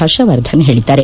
ಪರ್ಷವರ್ಧನ್ ಹೇಳದ್ದಾರೆ